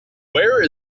where